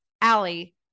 Allie